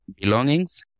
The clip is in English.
belongings